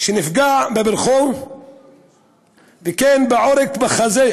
שנפגע בברכו וכן בעורק בחזה,